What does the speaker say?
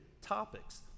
topics